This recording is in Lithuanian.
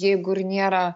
jeigu ir nėra